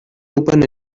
open